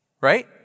Right